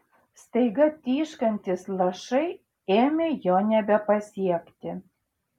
staiga tyškantys lašai ėmė jo nebepasiekti